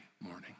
morning